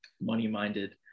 money-minded